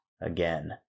Again